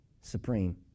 supreme